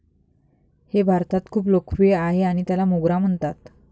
हे भारतात खूप लोकप्रिय आहे आणि त्याला मोगरा म्हणतात